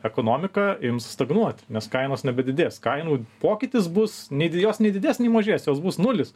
ekonomika ims stagnuoti nes kainos nebedidės kainų pokytis bus nei jos nei didės nei mažės jos bus nulis